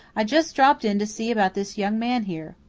i just dropped in to see about this young man here.